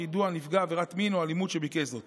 יידוע נפגע עבירת מין או אלימות שביקש זאת